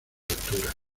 altura